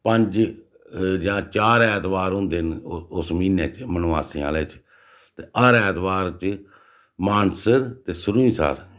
पंज जां चार ऐतबार होंदे न उस म्हीने च मनबासें आह्लें च ते हर ऐतबार च मानसर ते सुरींसर